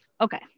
okay